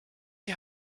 die